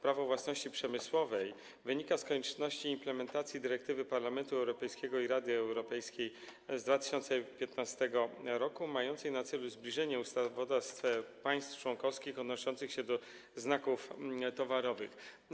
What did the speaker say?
Prawo własności przemysłowej wynika z konieczności implementacji dyrektywy Parlamentu Europejskiego i Rady Europejskiej z 2015 r. mającej na celu zbliżenie ustawodawstw państw członkowskich odnoszących się do znaków towarowych.